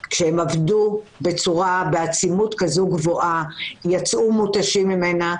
כשהם עבדו בעצימות כזאת גבוהה ויצאו מותשים ממנה,